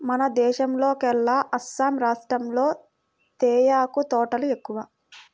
మన దేశంలోకెల్లా అస్సాం రాష్టంలో తేయాకు తోటలు ఎక్కువ